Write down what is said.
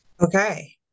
Okay